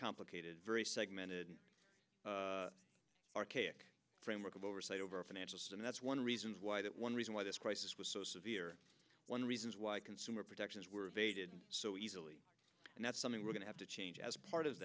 complicated very segmented archaic framework of oversight over financial and that's one reasons why that one reason why this crisis was so severe one reasons why consumer protections were evaded so easily and that's something we're going to have to change as part of